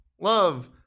love